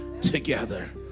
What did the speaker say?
together